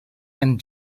and